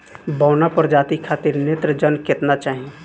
बौना प्रजाति खातिर नेत्रजन केतना चाही?